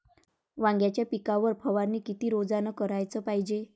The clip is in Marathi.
वांग्याच्या पिकावर फवारनी किती रोजानं कराच पायजे?